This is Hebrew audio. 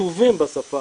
כתובים בשפה